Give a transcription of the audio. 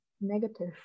negative